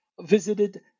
visited